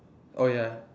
oh ya